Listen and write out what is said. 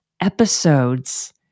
episodes